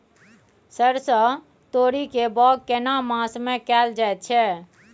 सरसो, तोरी के बौग केना मास में कैल जायत छै?